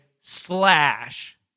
Slash